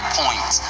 point